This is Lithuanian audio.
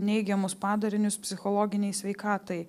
neigiamus padarinius psichologinei sveikatai